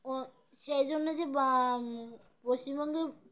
ও সেই জন্য যে বা পশ্চিমবঙ্গে